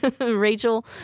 Rachel